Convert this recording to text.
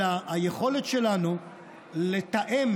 אלא היכולת שלנו לתאם